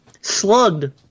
Slugged